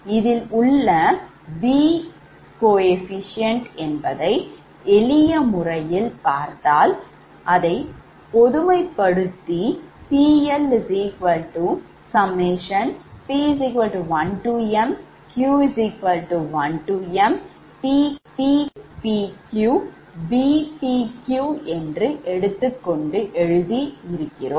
இதில் உள்ள Bs என்பதை எளிய முறையில் பார்த்தால் பொதுமைப்படுத்தி PLp1mq1mPpPqBpqஎன்று எடுத்துக்கொண்டு எழுதி இருக்கிறோம்